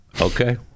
Okay